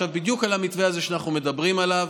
זה היה עכשיו בדיוק על המתווה הזה שאנחנו מדברים עליו,